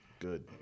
good